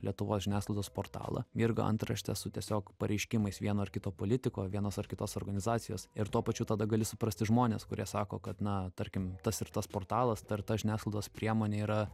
lietuvos žiniasklaidos portalą mirga antraštės su tiesiog pareiškimais vieno ar kito politiko vienos ar kitos organizacijos ir tuo pačiu tada gali suprasti žmones kurie sako kad na tarkim tas ir tas portalas ta ir ta žiniasklaidos priemonė yra